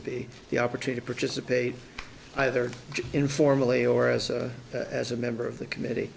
to be the opportunity participate either informally or as a as a member of the committee